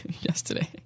yesterday